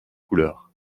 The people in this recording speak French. couleurs